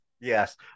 Yes